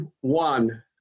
one